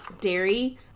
dairy